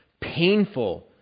painful